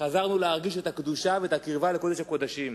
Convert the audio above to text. חזרנו להרגיש את הקדושה ואת הקרבה לקודש הקודשים.